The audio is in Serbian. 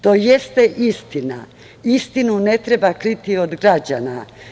To jeste istina, istinu ne treba kriti od građana.